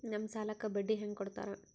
ನಮ್ ಸಾಲಕ್ ಬಡ್ಡಿ ಹ್ಯಾಂಗ ಕೊಡ್ತಾರ?